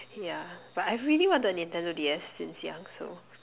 yeah but I really wanted a Nintendo-D_S since young so